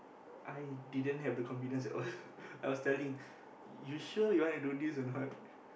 i didn't have the confidence at all I was telling you sure you want to do this or not